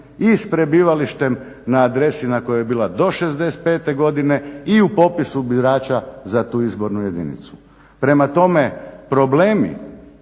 i s prebivalištem na adresi na kojoj je bila do '65. godine i u popisu birača za tu izbornu jedinicu. Prema tome, problemi